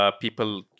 People